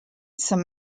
some